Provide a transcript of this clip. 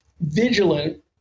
vigilant